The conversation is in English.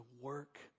work